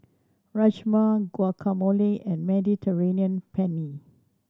Rajma Guacamole and Mediterranean Penne